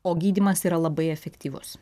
o gydymas yra labai efektyvus